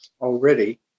already